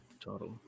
Total